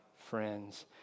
friends